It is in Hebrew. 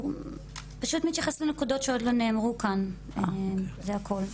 פשוט מתייחסת לנקודות שעוד לא נאמרו כאן, זה הכול.